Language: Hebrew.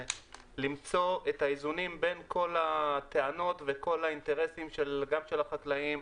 למצוא את האיזונים בין כל הטענות וכל האינטרסים גם של החקלאים,